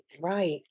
Right